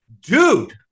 Dude